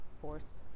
forced